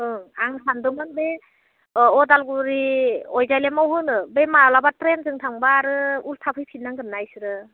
ओं आं सान्दोंमोन बै अ उदालगुरि अकजिलियामआव होनो बे माब्लाबा ट्रेनजों थांब्ला आरो उल्था फैफिननांगोन ना इसोरो